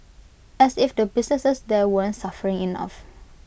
as if the businesses there weren't suffering enough